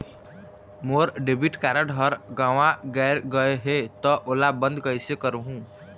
मोर debit card हर गंवा गैर गए हे त ओला बंद कइसे करहूं?